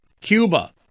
Cuba